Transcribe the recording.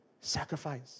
Sacrifice